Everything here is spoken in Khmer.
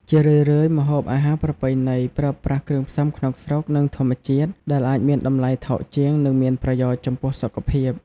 ជារឿយៗ ម្ហូបអាហារប្រពៃណីប្រើប្រាស់គ្រឿងផ្សំក្នុងស្រុក និងធម្មជាតិ ដែលអាចមានតម្លៃថោកជាង និងមានប្រយោជន៍ចំពោះសុខភាព។